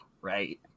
right